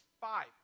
Five